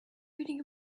reading